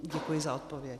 Děkuji za odpověď.